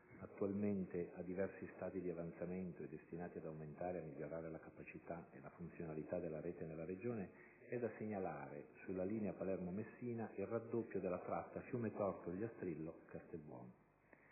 attualmente a diversi stadi di avanzamento e destinati ad aumentare e migliorare la capacità e la funzionalità della rete nella Regione, è da segnalare sulla linea Palermo-Messina il raddoppio della tratta Fiumetorto-Ogliastrillo-Castelbuono.